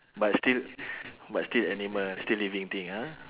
but still but still animal still living thing ah